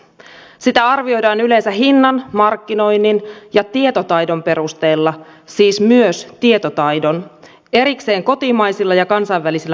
sitä arvioidaan yleensä hinnan markkinoinnin ja tietotaidon perusteella siis myös tietotaidon erikseen kotimaisilla ja kansainvälisillä markkinoilla